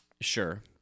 Sure